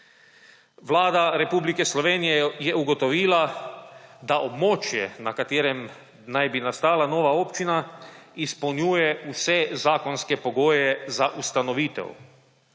Vlada Republike Slovenije je ugotovila, da območje, na katerem naj bi nastala nova občina, izpolnjuje vse zakonske pogoje za ustanovitev.